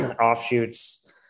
offshoots